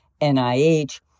NIH